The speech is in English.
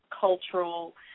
cultural